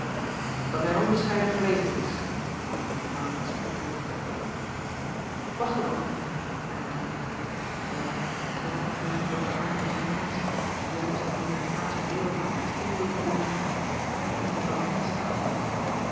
at hij een onbescheiden vlegel is antwoordde aurits met drift acht een oogenblik hernam renkelaer terwijl hij zijn hand leggende op den arm des jongelings die juist eene der glazen deuren van het kasteel wilde binnengaan hem onder de veranda staande hield